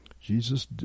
Jesus